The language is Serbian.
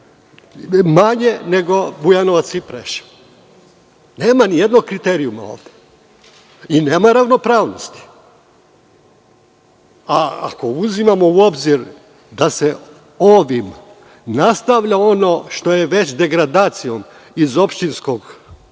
Manje nego Bujanovac i Preševo. Nema ni jednog kriterijuma ovde i nema ravnopravnosti, a ako uzimamo u obzir da se ovim nastavlja ono što je već degradacijom iz opštinskog suda